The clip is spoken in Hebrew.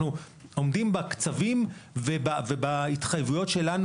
אנחנו עומדים בקצבים ובהתחייבויות שלנו